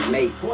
Mate